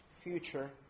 future